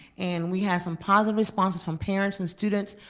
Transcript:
and we had some positive responses from parents and students.